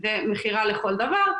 ומכירה לכל דבר,